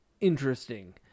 Interesting